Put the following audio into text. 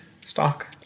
stock